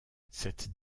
cette